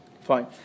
fine